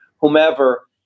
whomever